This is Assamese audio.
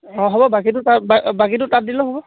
অঁ হ'ব বাকীটো তাত বা বাকীটো তাত দিলেও হ'ব